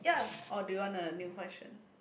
or do you want a new question